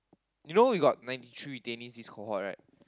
you know we got ninety three retainees this cohort right